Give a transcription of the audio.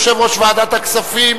יושב-ראש ועדת הכספים,